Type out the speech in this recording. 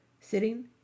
sitting